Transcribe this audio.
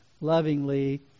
lovingly